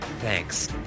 Thanks